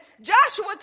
Joshua